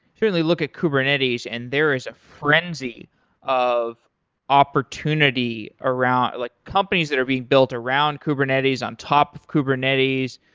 certainly, look at kubernetes, and there is a frenzy of opportunity around like companies that are being built around kubernetes, on top of kubernetes,